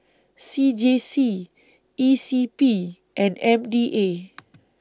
C J C E C P and M D A